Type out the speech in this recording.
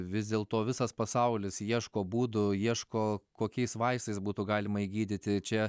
vis dėl to visas pasaulis ieško būdų ieško kokiais vaistais būtų galima jį gydyti čia